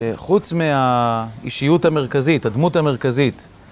חוץ מהאישיות המרכזית, הדמות המרכזית.